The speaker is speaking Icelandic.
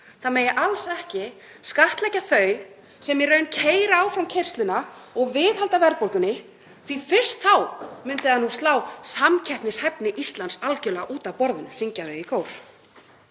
það megi alls ekki skattleggja þau sem í raun keyra áfram keyrsluna og viðhalda verðbólgunni því fyrst þá myndi það slá samkeppnishæfni Íslands algerlega út af borðinu, syngja þau í kór.